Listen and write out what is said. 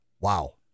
wow